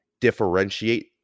differentiate